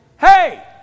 hey